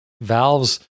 Valve's